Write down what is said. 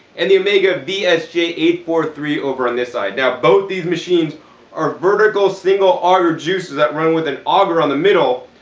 and the omega v s j eight four three over on this side. now, both these machines are vertical single auger juicers that run with an auger in the middle.